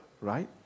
right